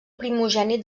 primogènit